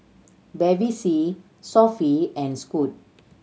Bevy C Sofy and Scoot